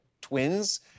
twins